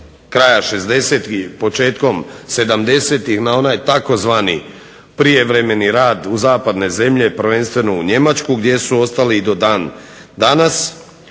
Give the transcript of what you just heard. kraja '60.-tih i početkom '70.-tih na onaj tzv. prijevremeni rad u zapadne zemlje, prvenstveno u Njemačku gdje su ostali i do dan danas